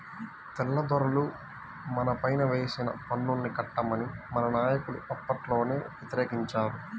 తెల్లదొరలు మనపైన వేసిన పన్నుల్ని కట్టమని మన నాయకులు అప్పట్లోనే వ్యతిరేకించారు